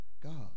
God